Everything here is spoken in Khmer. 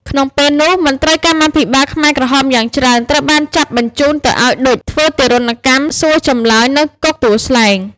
ក្នុងពេលនោះ មន្រ្តីកម្មាភិបាលខ្មែរក្រហមយ៉ាងច្រើនត្រូវបានចាប់បញ្ជូនទៅឱ្យ ឌុច ធ្វើទារុណកម្មសួរចម្លើយនៅគុកទួលស្លែង។